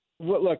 Look